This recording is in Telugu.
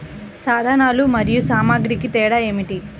సాధనాలు మరియు సామాగ్రికి తేడా ఏమిటి?